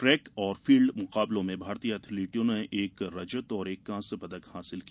track और field मुकाबलों में भारतीय एथलीटों ने एक रजत और एक कांस्य पदक हासिल किया